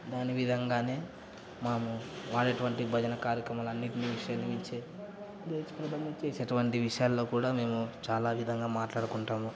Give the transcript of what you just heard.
దాని విధంగానే మనము వాడేటువంటి భజన కార్యక్రమాలు అన్నింటినీ చేసేటువంటి విషయాలలో కూడా మేము చాలా విధంగా మాట్లాడుకుంటాము